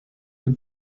was